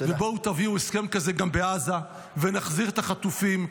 ובואו תביאו הסכם כזה גם בעזה, ונחזיר את החטופים.